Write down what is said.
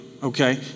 Okay